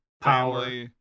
Power